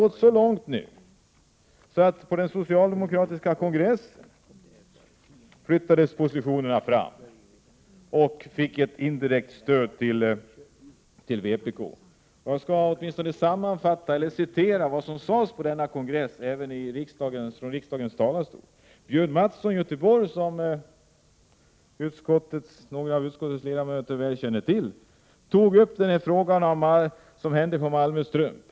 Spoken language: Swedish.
gått så långt att positionerna flyttats fram på den socialdemokratiska kongressen, där man gav ett indirekt stöd till vpk. Jag skall här från riksdagens talarstol citera vad som sades på denna kongress. Björn Matsson från Göteborg, som några av utskottets ledamöter väl känner till, tog upp frågan om vad som hade hänt på Malmö Strumpfabrik.